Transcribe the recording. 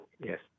Yes